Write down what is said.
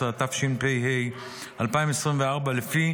14), התשפ"ה 2024, לפי